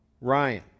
Ryan